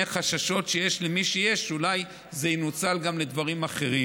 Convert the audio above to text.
חששות שיש למי שיש שאולי זה ינוצל גם לדברים אחרים.